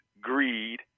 greed